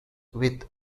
with